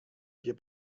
wir